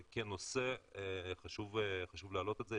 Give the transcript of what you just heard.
אבל כנושא חשוב להעלות את זה,